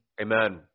Amen